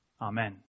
Amen